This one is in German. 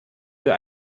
für